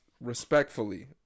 respectfully